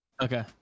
okay